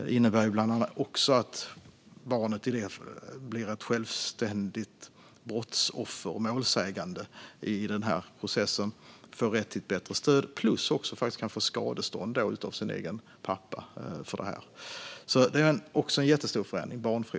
Det innebär bland annat också att barnet blir ett självständigt brottsoffer och målsägande i processen och får rätt till ett bättre stöd plus faktiskt också kan få skadestånd av sin egen pappa. Barnfridsbrottet är alltså också en jättestor förändring.